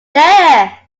there